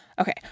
Okay